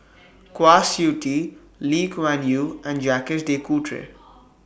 Kwa Siew Tee Lee Kuan Yew and Jacques De Coutre